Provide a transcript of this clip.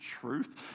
truth